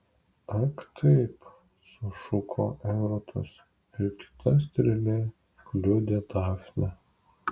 ak taip sušuko erotas ir kita strėle kliudė dafnę